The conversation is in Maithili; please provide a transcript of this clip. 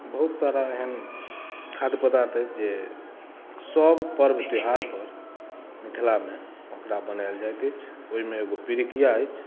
बहुत सारा एहन खाद्य पदार्थ अछि जे सभ पर्व त्यौहारपर मिथिलामे ओकरा बनायल जाइत अछि ओहिमे एकगो पिरुकिया अछि